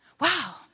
Wow